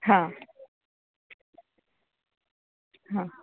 હા હા